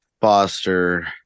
Foster